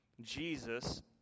Jesus